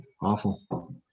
awful